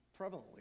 prevalently